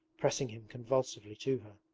pressing him convulsively to her.